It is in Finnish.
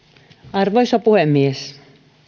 arvoisa puhemies